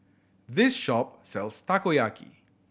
this shop sells Takoyaki